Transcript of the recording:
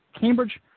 Cambridge